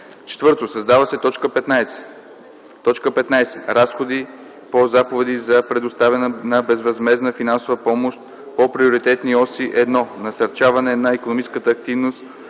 и 14. 4. Създава се т. 15: „15. разходи по заповеди за предоставяне на безвъзмездна финансова помощ по приоритетни оси 1 „Насърчаване на икономическата активност